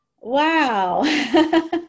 Wow